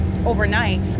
Overnight